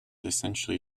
essentially